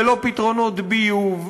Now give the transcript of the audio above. ללא פתרונות ביוב,